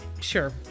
Sure